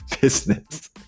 business